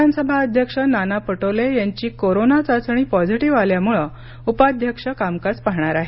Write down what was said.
विधानसभा अध्यक्ष नाना पटोले यांची कोरोना चाचणी पॉझिटिव्ह आल्यामुळे उपाध्यक्ष कामकाज पाहणार आहेत